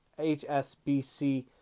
HSBC